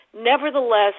Nevertheless